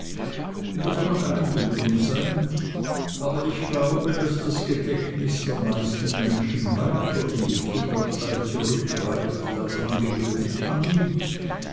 das mag einbildung sein aber ich glaube daß das gedächtnis der meisten menschen weiter in die kinderzeit zurückreicht als man gewöhnlich annimmt